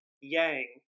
yang